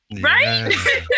Right